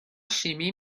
شیمی